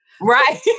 Right